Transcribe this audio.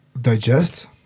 digest